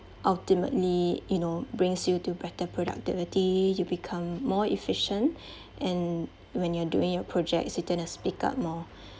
ultimately you know brings you to better productivity you become more efficient and when you're doing your project you tend to speak up more